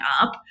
up